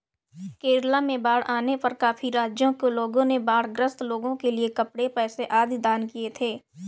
केरला में बाढ़ आने पर काफी राज्यों के लोगों ने बाढ़ ग्रस्त लोगों के लिए कपड़े, पैसे आदि दान किए थे